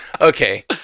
okay